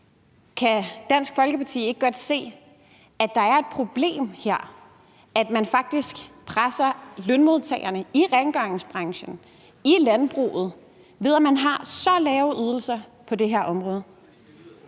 Kan Dansk Folkeparti ikke godt se, at der er et problem her, altså at man faktisk presser lønmodtagerne i rengøringsbranchen og i landbruget, ved at man har så lave ydelser på det her område?